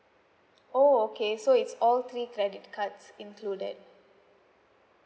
oh okay so it's all three credit cards included